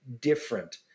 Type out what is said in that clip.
different